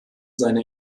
seine